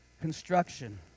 construction